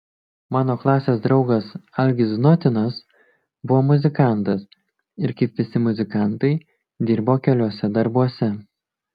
mano klasės draugas algis znotinas buvo muzikantas ir kaip visi muzikantai dirbo keliuose darbuose